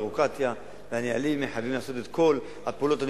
הביורוקרטיה והנהלים מחייבים לעשות את כל הפעולות הנדרשות,